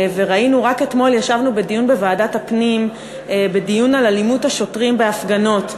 רק אתמול ישבנו בדיון בוועדת הפנים על אלימות השוטרים בהפגנות,